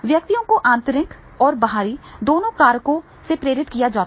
व्यक्तियों को आंतरिक और बाहरी दोनों कारकों से प्रेरित किया जाता है